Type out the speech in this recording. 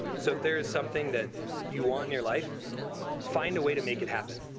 so if there is something that you want in your life find a way to make it happen.